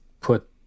put